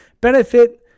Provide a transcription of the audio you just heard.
benefit